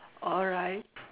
alright